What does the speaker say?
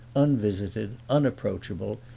unvisited, unapproachable,